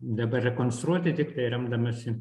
dabar rekonstruoti tiktai remdamasi